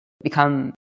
become